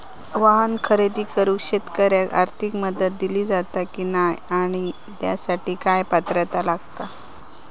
वाहन खरेदी करूक शेतकऱ्यांका आर्थिक मदत दिली जाता की नाय आणि त्यासाठी काय पात्रता लागता?